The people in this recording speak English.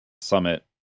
summit